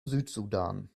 südsudan